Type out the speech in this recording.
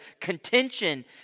contention